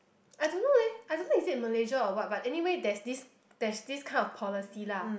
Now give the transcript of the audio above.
I don't know leh I don't know is it malaysia or what but anywhere that's this that's this kind of policy lah